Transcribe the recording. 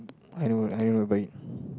I don't I don't write